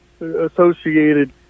associated